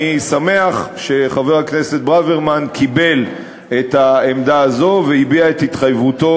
אני שמח שחבר הכנסת ברוורמן קיבל את העמדה הזו והביע את התחייבותו,